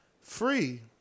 free